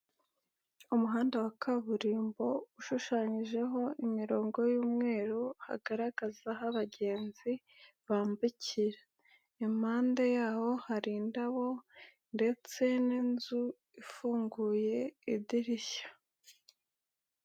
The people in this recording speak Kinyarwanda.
Umuhanda wa kaburimbo ushushanyijeho imirongo y'umweru hagaragaza aho abagenzi bambukira, impanda y'aho hari indabo ndetse n'inzu ifunguye idirishya.